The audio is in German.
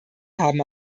haben